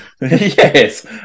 Yes